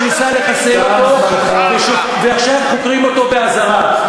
שניסה לחסל אותו ועכשיו חוקרים אותו באזהרה.